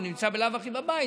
הוא נמצא בלאו הכי בבית,